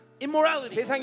immorality